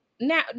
Now